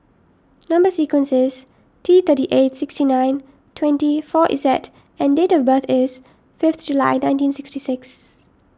Number Sequence is T thirty eight sixty nine twenty four Z and date of birth is fifth July nineteen sixty six